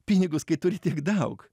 pinigus kai turi tiek daug